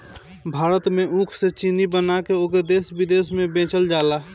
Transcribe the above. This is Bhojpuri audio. भारत में ऊख से चीनी बना के ओके देस बिदेस में बेचल जाला